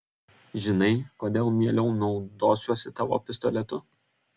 žinai kodėl mieliau naudosiuosi tavo pistoletu